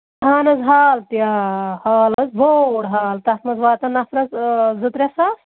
اَہَن حظ ہال تہِ آ آ ہال حظ بوٚڈ ہال تَتھ منٛز واتن نَفرَس زٕ ترٛےٚ ساس